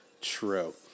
true